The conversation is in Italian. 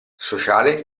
sociale